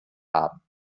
haben